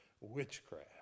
witchcraft